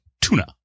tuna